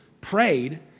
prayed